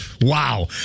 Wow